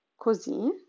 così